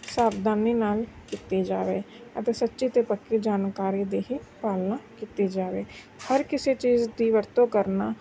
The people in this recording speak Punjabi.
ਸਾਵਧਾਨੀ ਨਾਲ ਕੀਤੀ ਜਾਵੇ ਅਤੇ ਸੱਚੀ ਅਤੇ ਪੱਕੀ ਜਾਣਕਾਰੀ ਦੀ ਹੀ ਪਾਲਨਾ ਕੀਤੀ ਜਾਵੇ ਹਰ ਕਿਸੇ ਚੀਜ਼ ਦੀ ਵਰਤੋਂ ਕਰਨਾ